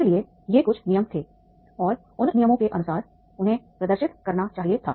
इसलिए ये कुछ नियम थे और उन नियमों के अनुसार उन्हें प्रदर्शित करना चाहिए था